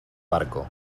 barco